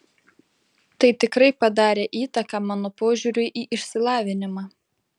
tai tikrai padarė įtaką mano požiūriui į išsilavinimą